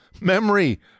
memory